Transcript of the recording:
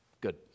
Good